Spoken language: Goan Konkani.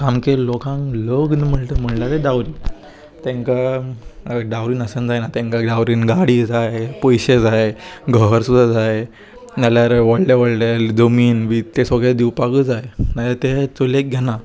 सामके लोकांक लग्न म्हणटा म्हणल्यार डावरी तांकां डावरी नासन जायना तेंकां डावरीन गाडी जाय पयशे जाय घर सुद्दां जाय नाल्यार व्हडले व्हडले जमीन बी तें सगले दिवपाकूच जाय नाल्या ते चुलेक घेना